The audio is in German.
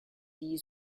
die